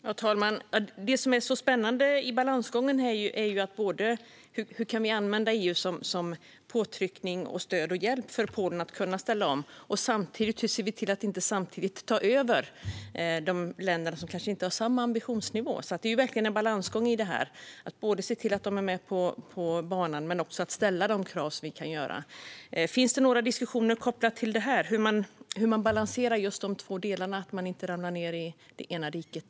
Fru talman! Det som är så spännande i balansgången är hur vi kan använda EU som påtryckning, stöd och hjälp för Polen att ställa om och samtidigt se till att inte ta över de länder som inte har samma ambitionsnivå. Det är verkligen en balansgång att både se till att de är med på banan och att ställa de krav som kan vi göra. Finns det några diskussioner kopplade till hur man balanserar de här två delarna så att man inte ramlar ned i det ena diket?